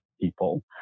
People